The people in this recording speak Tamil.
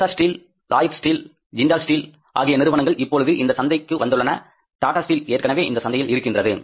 Essar steel Lloyd steel Jindal steel ஆகிய நிறுவனங்கள் இப்பொழுது இந்த சந்தைக்கு வந்துள்ளன டாட்டா ஸ்டீல் ஏற்கனவே இந்த சந்தையில் இருக்கின்றது